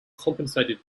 compensated